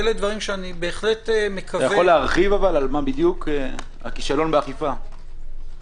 אתה יכול להרחיב מה בדיוק הכישלון באכיפה?